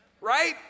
right